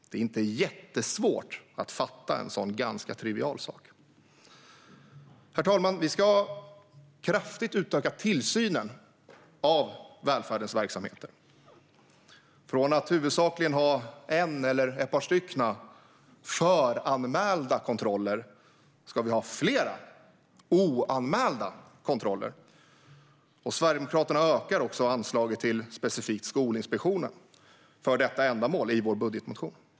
Det är inte jättesvårt att fatta en sådan ganska trivial sak. Herr talman! Vi ska kraftigt utöka tillsynen av välfärdens verksamheter. Från att huvudsakligen ha en eller ett par föranmälda kontroller ska vi ha flera oanmälda kontroller. Vi sverigedemokrater ökar också anslaget till specifikt Skolinspektionen för detta ändamål i vår budgetmotion.